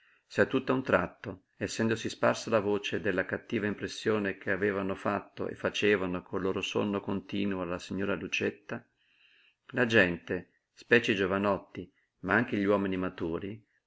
se tutt'a un tratto essendosi sparsa la voce della cattiva impressione che avevano fatto e facevano col loro sonno continuo alla signora lucietta la gente specie i giovanotti ma anche gli uomini maturi